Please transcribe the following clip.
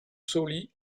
sauli